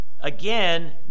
again